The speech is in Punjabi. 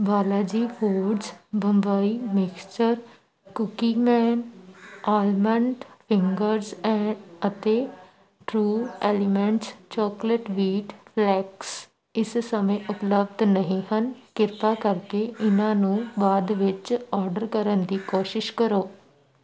Balaji foods Bambai mixture cookieman almond fingers ਐਂ ਅਤੇ true elements chocolate wheat flakes ਇਸ ਸਮੇਂ ਉਪਲਬਧ ਨਹੀਂ ਹਨ ਕਿਰਪਾ ਕਰਕੇ ਇਹਨਾਂ ਨੂੰ ਬਾਅਦ ਵਿੱਚ ਔਡਰ ਕਰਨ ਦੀ ਕੋਸ਼ਿਸ਼ ਕਰੋ